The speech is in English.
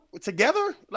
Together